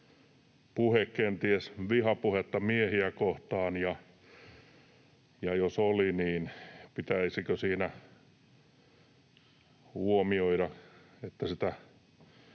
puhe kenties vihapuhetta miehiä kohtaan, ja jos oli, niin pitäisikö siinä huomioida se,